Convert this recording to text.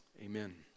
Amen